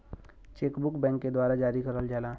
check book bank के द्वारा जारी करल जाला